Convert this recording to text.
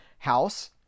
House